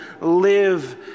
live